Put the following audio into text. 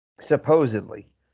Supposedly